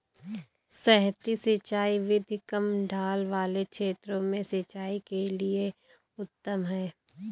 सतही सिंचाई विधि कम ढाल वाले क्षेत्रों में सिंचाई के लिए उत्तम है